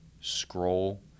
scroll